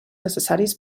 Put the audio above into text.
necessaris